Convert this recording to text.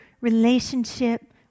relationship